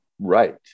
right